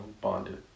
bonded